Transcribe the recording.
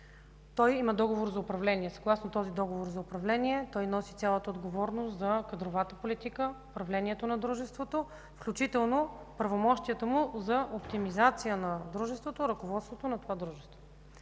той има договор за управление. Съгласно този договор за управление той носи цялата отговорност за кадровата политика, управлението на дружеството, включително правомощията му за оптимизация на дружеството и ръководството на това дружество.